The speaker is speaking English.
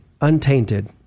untainted